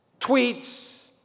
tweets